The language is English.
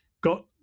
got